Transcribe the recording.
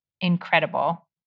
incredible